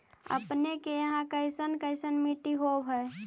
अपने के यहाँ कैसन कैसन मिट्टी होब है?